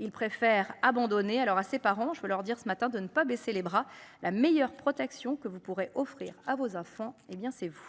Ils préfèrent abandonner alors à ses parents je veux leur dire ce matin de ne pas baisser les bras. La meilleure protection que vous pourrez offrir à vos enfants, hé bien c'est vous